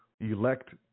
elect